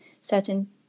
certain